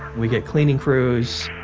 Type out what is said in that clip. we'd get cleaning crews,